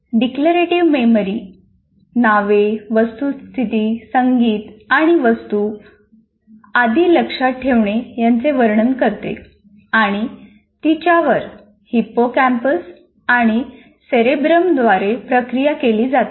declarative memory नावे वस्तुस्थिती संगीत आणि वस्तू आदि लक्षात ठेवणे याचे वर्णन करते आणि तिच्यावर हिप्पोकॅम्पस आणि सेरेब्रमद्वारे प्रक्रिया केली जाते